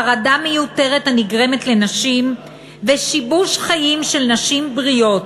חרדה מיותרת הנגרמת לנשים ושיבוש חיים של נשים בריאות.